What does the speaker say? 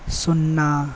शुन्ना